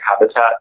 habitat